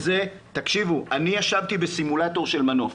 תקשיבו, אני ישבתי בסימולטור של מנוף,